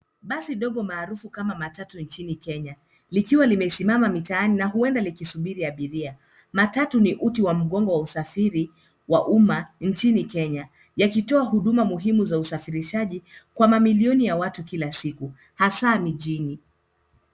Basi ndogo maarufu kama matatu nchini Kenya likiwa limesimama mitaani na ueda likisubiri abiria. Matatu ni uti wa mgongo wa usafiri wa umma nchini Kenya yakitoa huduma muhimu za usafirishaji kwa mamilioni ya watu kila siku hasa mijini.